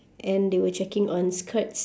and they were checking on skirts